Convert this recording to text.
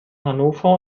hannover